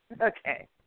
Okay